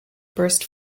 burst